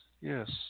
yes